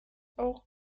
auch